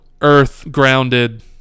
earth-grounded